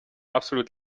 absolut